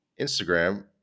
Instagram